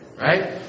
Right